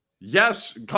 Yes